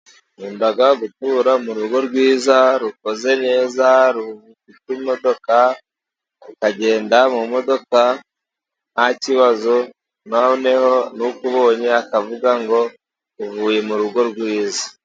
Nkunda gukura mu rugo rwiza, rukoze neza, rufite imodoka, ukagenda mu modoka ntakibazo, noneho n'ukubonye akavuga ngo uvuye mu rugo rwiza.